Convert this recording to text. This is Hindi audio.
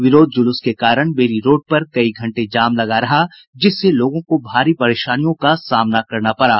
विरोध जुलूस के कारण बेली रोड पर कई घंटे जाम लगा रहा जिससे लोगों को भारी परेशानी का सामना करना पड़ा